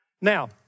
Now